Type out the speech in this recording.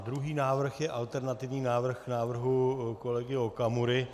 Druhý návrh je alternativní návrh k návrhu kolegy Okamury.